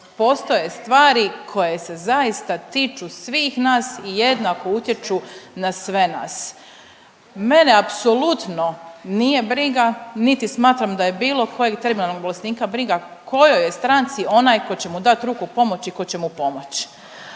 Postoje stvari koje se zaista tiču svih nas i jednako utječu na sve nas. Mene apsolutno nije briga, niti smatram da je bilo kojeg termalnog bolesnika briga u kojoj je stranci onaj koji će mu dat ruku pomoći i koji će mu pomoć.